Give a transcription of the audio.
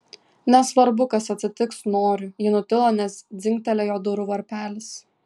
nesvarbu kas atsitiks noriu ji nutilo nes dzingtelėjo durų varpelis